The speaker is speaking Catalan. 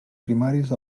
primaris